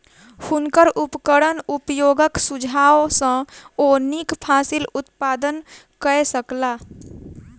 हुनकर उपकरण उपयोगक सुझाव सॅ ओ नीक फसिल उत्पादन कय सकला